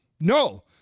No